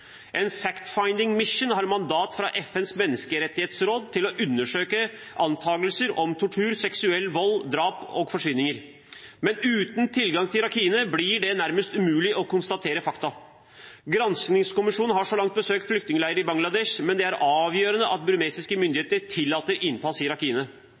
Mission har mandat fra FNs menneskerettighetsråd til å undersøke antakelser om tortur, seksuell vold, drap og forsvinninger, men uten tilgang til Rakhine blir det nærmest umulig å konstatere fakta. Granskningskommisjonen har så langt besøkt flyktningleirer i Bangladesh, men det er avgjørende at burmesiske myndigheter tillater innpass i